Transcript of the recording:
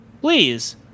please